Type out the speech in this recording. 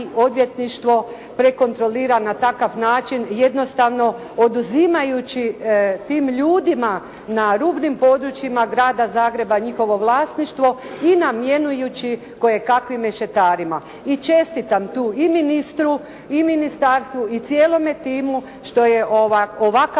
odvjetništvo prekontrolira na takav način, jednostavno oduzimajući tim ljudima na rubnim područjima Grada Zagreba njihovo vlasništvo i namjenjujući kojekakvim mešetarima. I čestitam tu i ministru i ministarstvu i cijelome timu što je ovakav